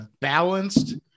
balanced